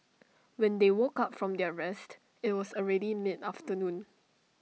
when they woke up from their rest IT was already mid afternoon